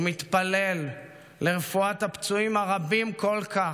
ומתפלל לרפואת הפצועים הרבים כל כך,